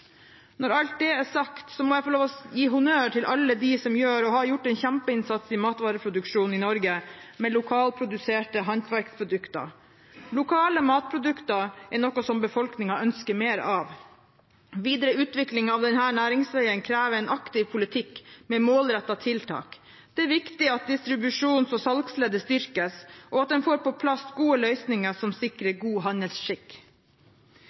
Når alt det er sagt, må jeg få lov til å gi honnør til alle dem som gjør og har gjort en kjempeinnsats i matvareproduksjonen i Norge, med lokalproduserte håndverksprodukter. Lokale matprodukter er noe befolkningen ønsker mer av. Videreutvikling av denne næringsveien krever en aktiv politikk med målrettede tiltak. Det er viktig at distribusjons- og salgsleddet styrkes, og at en får på plass gode løsninger som sikrer god handelsskikk.